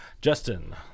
Justin